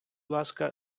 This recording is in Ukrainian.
ласка